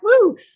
woo